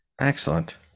Excellent